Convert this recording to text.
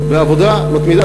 בעבודה מתמידה,